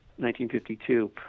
1952